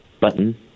button